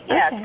Yes